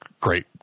great